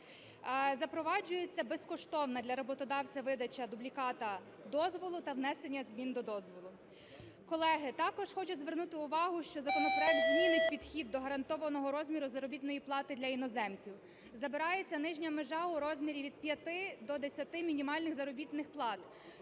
Запроваджується безкоштовно для роботодавця видача дубліката дозволу та внесення змін до дозволу. Колеги, також хочу звернути увагу, що законопроект змінить підхід до гарантованого розміру заробітної плати для іноземців. Забирається нижня межа у розмірі від 5 до 10 мінімальних заробітних плат,